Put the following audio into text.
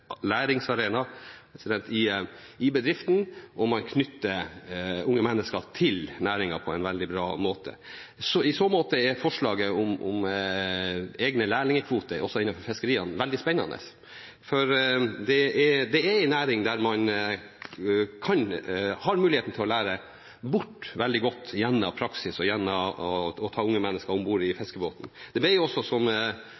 knytter unge mennesker til næringen på en veldig bra måte. I så måte er forslaget om egne lærlingkvoter også innenfor fiskeriene veldig spennende. Det er en næring der man har muligheten til å lære bort veldig godt gjennom praksis og gjennom å ta unge mennesker om bord i